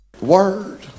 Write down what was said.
Word